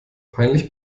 peinlich